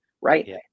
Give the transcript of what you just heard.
right